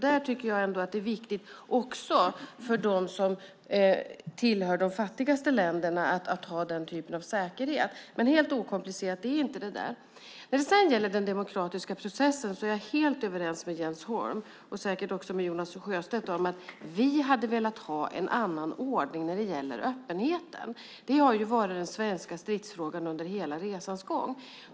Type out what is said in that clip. Det är viktigt också för de fattigaste länderna att ha denna typ av säkerhet. Helt okomplicerat är det alltså inte. När det gäller den demokratiska processen är jag helt överens med Jens Holm och säkert också Jonas Sjöstedt om att vi hade velat ha en annan ordning för öppenheten. Det har ju varit den svenska stridsfrågan under hela resans gång.